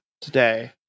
today